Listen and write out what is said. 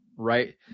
right